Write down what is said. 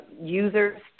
users